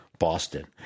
Boston